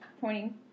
pointing